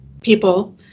people